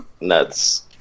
nuts